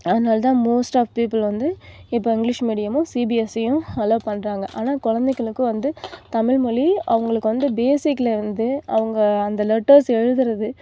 அதனாலதான் most of people வந்து இப்போது இங்கிலிஷ் மீடியமும் சிபிஎஸ்சியும் நல்லா பண்றாங்க ஆனால் குழந்தைங்களுக்கு வந்து தமிழ்மொழி அவங்களுக்கு வந்து பேசிக்ல இருந்தே அவங்க அந்த லெட்டர்ஸ் எழுதுகிறதே